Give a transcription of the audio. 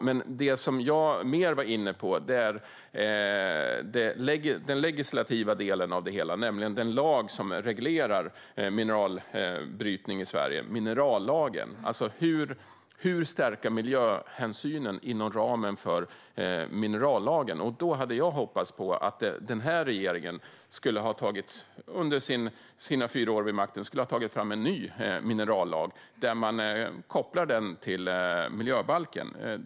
Men det som jag mer var inne på var den legislativa delen av det hela, nämligen minerallagen som reglerar mineralbrytning i Sverige, alltså: Hur stärka miljöhänsynen inom ramen för minerallagen? Jag hade hoppats på att den här regeringen under sina fyra år vid makten skulle ha tagit fram en ny minerallag kopplad till miljöbalken.